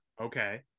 Okay